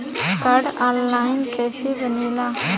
Card online कइसे बनेला?